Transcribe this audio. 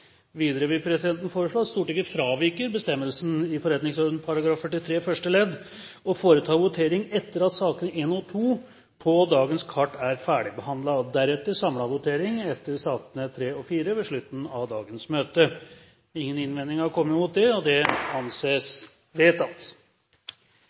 Videre vil presidenten foreslå at Stortinget fraviker bestemmelsen i forretningsordenen § 43 første ledd og foretar votering etter at sakene nr. 1 og 2 på dagens kart er ferdigbehandlet, og deretter samlet votering etter sakene nr. 3 og 4 ved slutten av dagens møte. – Ingen innvendinger er kommet mot presidentens forslag, og det anses